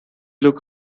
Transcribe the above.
look